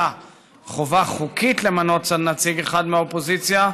חובה חוקית למנות נציג אחד מהאופוזיציה,